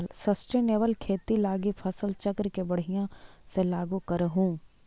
sustainable खेती लागी फसल चक्र के बढ़ियाँ से लागू करहूँ